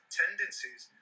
tendencies